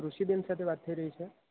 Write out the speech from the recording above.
કૃષિબેન સાથે વાત થઈ રહી છે